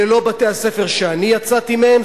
אלה לא בתי-הספר שאני יצאתי מהם,